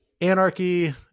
anarchy